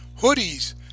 hoodies